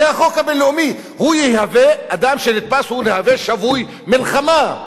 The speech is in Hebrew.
זה החוק הבין-לאומי, אדם שנתפס הוא שבוי מלחמה.